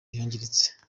yangiritse